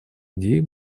идеи